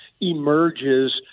emerges